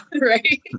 right